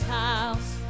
house